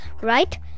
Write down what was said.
right